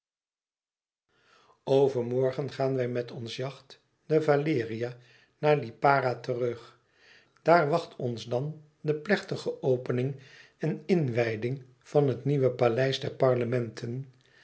overmorgen gaan wij met ons yacht de valeria naar lipara terug daar wacht ons dan de plechtige opening en inwijding van het nieuwe paleis der parlementen